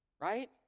right